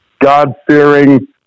God-fearing